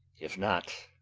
if not,